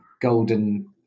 golden